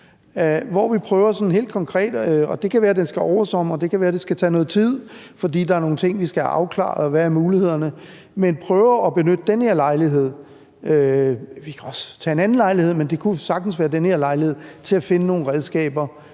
at vi prøver at lave en beretning. Det kan være, at den skal oversomre, det kan være, det skal tage noget tid, fordi der er nogle ting, vi skal have afklaret, med hensyn til hvilke muligheder der er, men vi kan prøve at benytte den her lejlighed – vi kan også bruge en anden lejlighed, men det kunne sagtens være den her lejlighed – til at finde nogle redskaber,